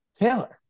Taylor